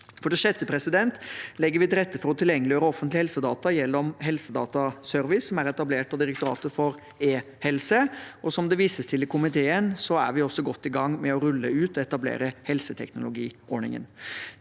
For det sjette legger vi til rette for å tilgjengeliggjøre offentlige helsedata gjennom Helsedataservice, som er etablert av Direktoratet for e-helse. Som det vises til i komiteen, er vi også godt i gang med å rulle ut og etablere helseteknologiordningen.